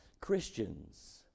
Christians